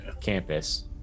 Campus